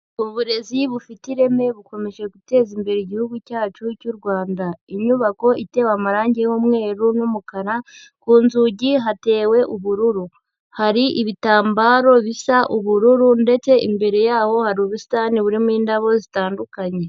Uburezi bufite ireme bukomeje guteza imbere Igihugu cyacu cy'u Rwanda, inyubako itewe amarangi y'umweru n'umukara, ku nzugi hatewe ubururu, hari ibitambaro bisa ubururu ndetse imbere yaho hari ubusitani burimo indabo zitandukanye.